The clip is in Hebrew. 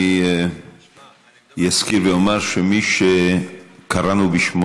אני אזכיר ואומר שחבר הכנסת שקראנו בשמו